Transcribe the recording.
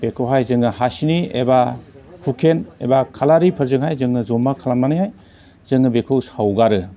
बेखौहाय जोङो हासिनि एबा हुखेन एबा खालारिफोरजोंहाय जोङो जमा खालामनानैहाय जोङो बेखौ सावगारो